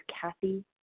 Kathy